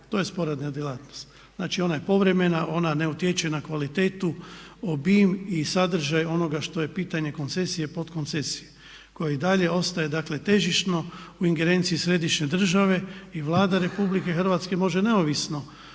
To je sporedna djelatnost. Znači ona je povremena, ona ne utječe na kvalitetu, obim i sadržaj onoga što je pitanje koncesije podkoncesije koja i dalje ostaje dakle težišno u ingerenciji središnje države i Vlada Republike Hrvatske može neovisno